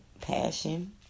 passion